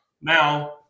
Now